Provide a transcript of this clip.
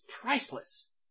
priceless